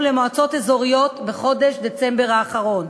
למועצות אזוריות בחודש דצמבר האחרון.